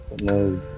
No